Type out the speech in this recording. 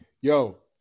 yo